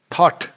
Thought